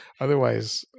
Otherwise